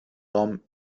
raum